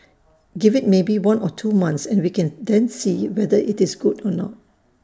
give IT maybe one or two months and we can then see whether IT is good or not